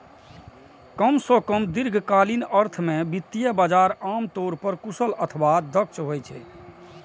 कम सं कम दीर्घकालीन अर्थ मे वित्तीय बाजार आम तौर पर कुशल अथवा दक्ष होइ छै